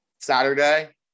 Saturday